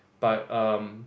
but um